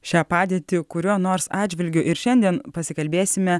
šią padėtį kuriuo nors atžvilgiu ir šiandien pasikalbėsime